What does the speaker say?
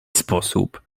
sposób